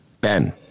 Ben